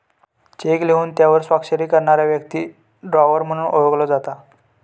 check लिहून त्यावर स्वाक्षरी करणारा व्यक्ती ड्रॉवर म्हणून ओळखलो जाता